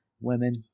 women